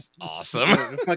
awesome